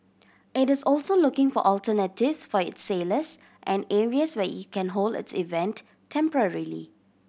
it is also looking for alternatives for its sailors and areas where it can hold its event temporarily